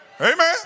Amen